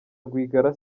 rwigara